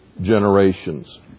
generations